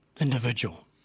individual